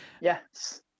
Yes